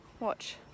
Watch